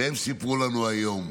והם סיפרו לנו היום,